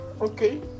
okay